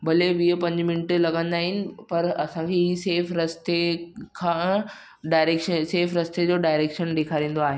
भले वीह पंज मिंट लॻंदा आहिनि पर असांखे हीउ सेफ रस्ते खां डाएरेक्शन सेफ रस्ते जो डाएरेक्शन ॾेखारींदो आहे